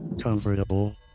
comfortable